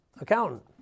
accountant